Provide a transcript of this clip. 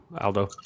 Aldo